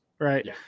right